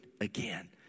again